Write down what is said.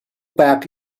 back